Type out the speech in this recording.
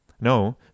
No